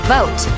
Vote